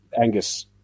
Angus